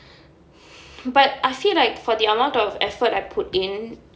but I feel like for the amount of effort I put in